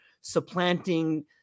supplanting